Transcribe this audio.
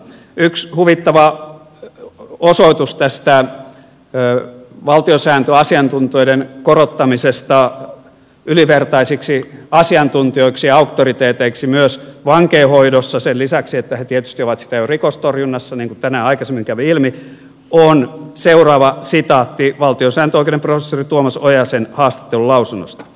yksi huvittava osoitus tästä valtiosääntöasiantuntijoiden korottamisesta ylivertaisiksi asiantuntijoiksi ja auktoriteeteiksi myös vankeinhoidossa sen lisäksi että he tietysti ovat sitä jo rikostorjunnassa niin kuin tänään aikaisemmin kävi ilmi on seuraava sitaatti valtiosääntöoikeuden professori tuomas ojasen haastattelulausunnosta